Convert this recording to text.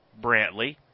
Brantley